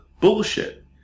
bullshit